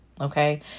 Okay